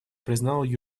признал